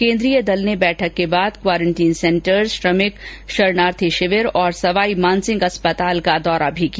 केन्द्रीय दल ने बैठक के बाद क्वारेंटीन सेंटर्स श्रमिक शरणार्थी शिविर और सवाईमानसिंह अस्पताल का दौरा भी किया